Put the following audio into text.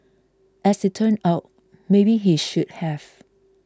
as it turned out maybe he should have